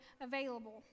available